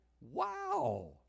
wow